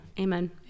Amen